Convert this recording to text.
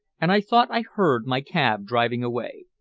and i thought i heard my cab driving away.